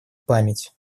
память